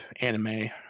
anime